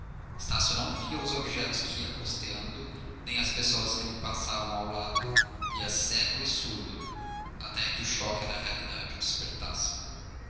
estácio não via os objetos que ia costeando nem as pessoas que lhe passavam ao lado ia cego e surdo até que o choque da realidade o despertasse